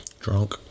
drunk